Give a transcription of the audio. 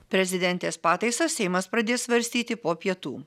prezidentės pataisas seimas pradės svarstyti po pietų